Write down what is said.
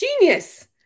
genius